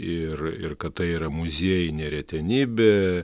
ir ir kad tai yra muziejinė retenybė